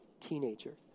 teenager